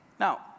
Now